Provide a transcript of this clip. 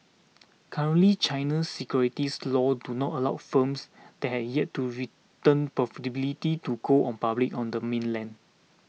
currently China's securities laws do not allow firms that have yet to return to go public on the mainland